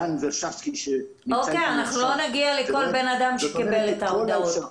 דן ורשבסקי --- לא נגיע לכל בן אדם שקיבל את ההודעות.